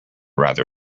rather